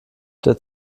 der